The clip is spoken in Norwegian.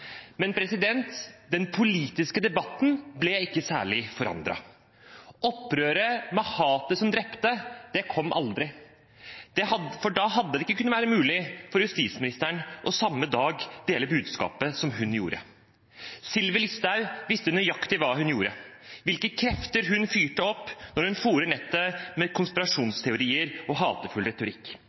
Men den politiske debatten ble ikke særlig forandret. Opprøret med hatet som drepte, kom aldri, for da hadde det ikke kunnet være mulig for justisministeren samme dag å dele det budskapet hun gjorde. Sylvi Listhaug visste nøyaktig hva hun gjorde, og hvilke krefter hun fyrte opp da hun fôret nettet med konspirasjonsteorier og hatefull retorikk.